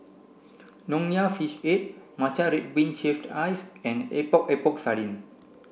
nonya fish head matcha red bean shaved ice and Epok Epok Sardin